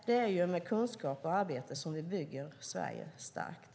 Det är med kunskap och arbete vi bygger Sverige starkt.